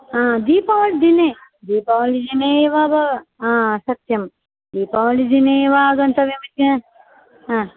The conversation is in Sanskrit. हा दीपावलिदिने दीपावलिदिने एव भव हा सत्यं दीपावलिदिने एव आगन्तव्यमिति हा